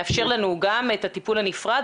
אני מאתגרת את מי שנמצאים,